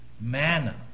Manna